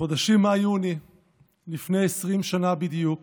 החודשים מאי-יוני לפני 20 שנה בדיוק